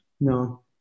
No